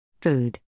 Food